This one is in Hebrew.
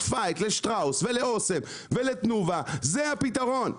פייט ל שטראוס ולאוסם ולתנובה זה הפתרון,